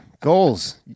goals